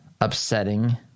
upsetting